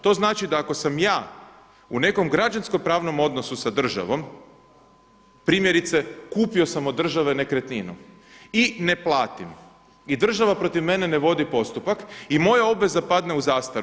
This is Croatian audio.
To znači da ako sam ja u nekom građansko-pravnom odnosu s državom, primjerice kupio sam od države nekretninu, i ne platim, i država protiv mene ne vodi postupak i moja obveza padne u zastaru.